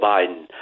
Biden